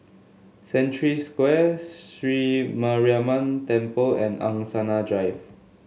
Century Square Sri Mariamman Temple and Angsana Drive